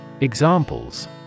Examples